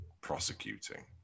prosecuting